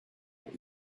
what